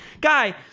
Guy